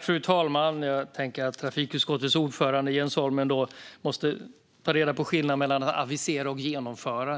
Fru talman! Jag tänker att trafikutskottets ordförande Jens Holm måste ta reda på skillnaden mellan att avisera och att genomföra.